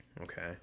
Okay